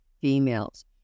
females